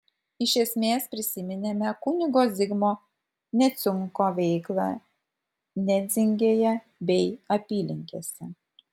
iš esmės prisiminėme kunigo zigmo neciunsko veiklą nedzingėje bei apylinkėse